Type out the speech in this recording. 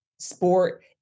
sport